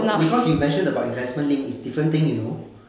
no because you mentioned about investment linked is different thing you know